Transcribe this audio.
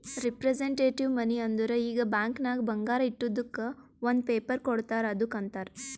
representative ಮನಿ ಅಂದುರ್ ಈಗ ಬ್ಯಾಂಕ್ ನಾಗ್ ಬಂಗಾರ ಇಟ್ಟಿದುಕ್ ಒಂದ್ ಪೇಪರ್ ಕೋಡ್ತಾರ್ ಅದ್ದುಕ್ ಅಂತಾರ್